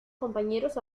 compañeros